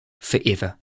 forever